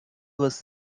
was